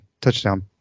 touchdown